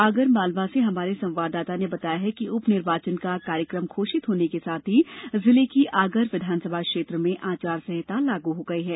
आगरमालवा से हमारे संवाददाता ने बताया है कि उप निर्वाचन का कार्यक्रम घोषित होने के साथ ही जिले की आगर विधानसभा क्षेत्र में आचार संहिता लागू हो गई है